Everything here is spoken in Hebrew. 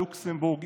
לוקסמבורג,